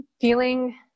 feeling